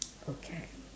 okay